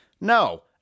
No